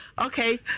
Okay